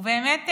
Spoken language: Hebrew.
ובאמת,